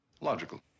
Logical